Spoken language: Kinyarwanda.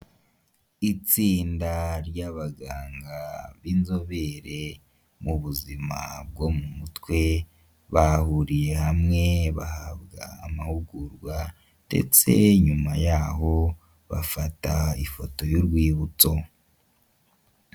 Itsinda ry'abaganga b'inzobere mu buzima bwo mu mutwe, bahuriye hamwe bahabwa amahugurwa ndetse nyuma yaho bafata ifoto y'urwibutso.